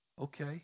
Okay